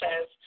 says